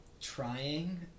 trying